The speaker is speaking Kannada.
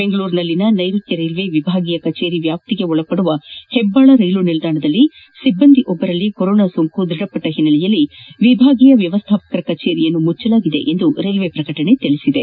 ಬೆಂಗಳೂರಿನಲ್ಲಿನ ನೈರುತ್ತ ರೈಲ್ವೆ ವಿಭಾಗೀಯ ಕಚೇರಿ ವ್ಯಾಪ್ತಿಗೆ ಒಳಪಡುವ ಹೆಚ್ಚಾಳ ರೈಲು ನಿಲ್ದಾಣದಲ್ಲಿ ಸಿಬ್ಬಂದಿ ಒಬ್ಬರಲ್ಲಿ ಕೊರೊನಾ ಸೋಂಕು ದೃಢಪಟ್ಟ ಹಿನ್ನೆಲೆಯಲ್ಲಿ ವಿಭಾಗೀಯ ವ್ಯವಸ್ಥಾಪಕರ ಕಚೇರಿಯನ್ನು ಮುಚ್ವಲಾಗಿದೆ ಎಂದು ರೈಲ್ವೆ ಪ್ರಕಟಣೆ ತಿಳಿಸಿದೆ